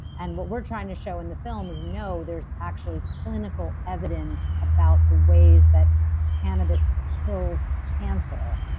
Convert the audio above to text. and what we're trying to show in the film is, no, there's actually clinical evidence about the ways that cannabis kills cancer.